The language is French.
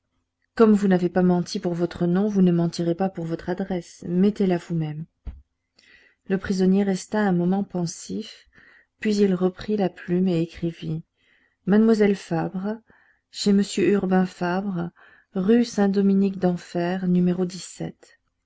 comme vous n'avez pas menti pour votre nom vous ne mentirez pas pour votre adresse mettez-la vous-même le prisonnier resta un moment pensif puis il reprit la plume et écrivit mademoiselle fabre chez monsieur urbain fabre rue saint dominique denfer